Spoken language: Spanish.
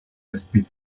despide